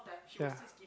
ya